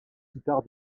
guitare